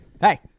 hey